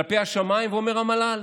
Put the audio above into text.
כלפי השמיים, ואומר: המל"ל.